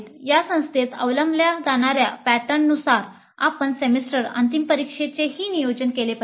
त्या संस्थेत अवलंबल्या जाणार्या पॅटर्ननुसार आपण सेमिस्टर अंतिम परीक्षेचेही नियोजन केले पाहिजे